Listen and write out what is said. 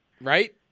Right